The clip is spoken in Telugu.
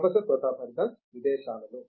ప్రొఫెసర్ ప్రతాప్ హరిదాస్ విదేశాలలో